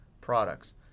products